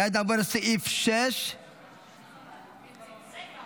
כעת נעבור לסעיף 6. סיימנו